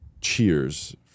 Cheers